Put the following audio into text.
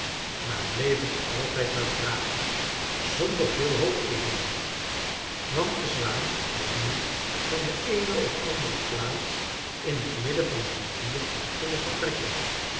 maar bleven altijd maar vragen zonder veel hoop evenwel want de zwaan was niet van de eene of andere plaats in het midden van de rivier kunnen vertrekken